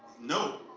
no.